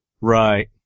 Right